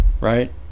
right